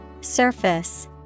Surface